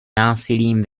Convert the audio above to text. násilím